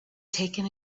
taken